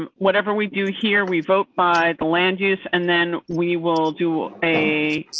um whatever we do here. we vote by the land use and then we will do a